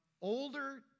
Older